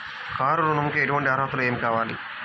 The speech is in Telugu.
కారు ఋణంకి ఎటువంటి అర్హతలు కావాలి?